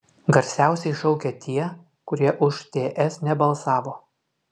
garsiausiai šaukia tie kurie už ts nebalsavo